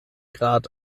grad